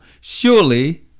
Surely